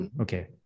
Okay